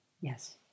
yes